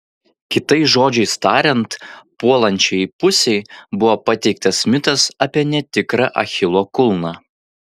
kitais žodžiais tariant puolančiajai pusei buvo pateiktas mitas apie netikrą achilo kulną